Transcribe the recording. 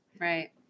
Right